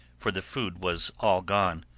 for the food was all gone.